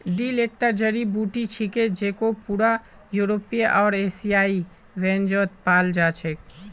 dill एकता जड़ी बूटी छिके जेको पूरा यूरोपीय आर एशियाई व्यंजनत पाल जा छेक